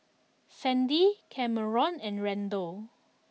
Sandy Kameron and Randall